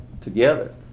together